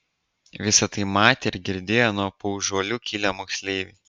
visa tai matė ir girdėjo nuo paužuolių kilę moksleiviai